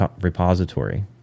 repository